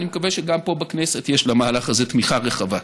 ואני מקווה שגם פה בכנסת יש למהלך הזה תמיכה רחבה.